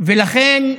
לכן,